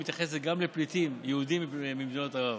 מתייחסת גם לפליטים יהודים ממדינות ערב.